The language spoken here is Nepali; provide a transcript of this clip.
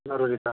जरुरी छ